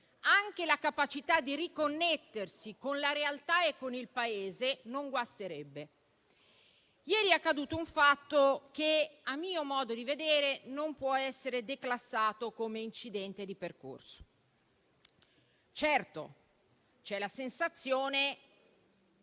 e la capacità di riconnettersi con la realtà e con il Paese non guasterebbero. Ieri è accaduto un fatto che - a mio modo di vedere - non può essere declassato come incidente di percorso. Certo, c'è la sensazione che